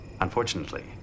Unfortunately